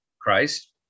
Christ